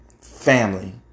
family